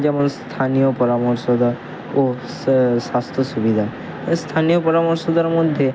যেমন স্থানীয় পরামর্শতা ও স্বাস্থ্য সুবিধা ও স্থানীয় পরামর্শতার মধ্যে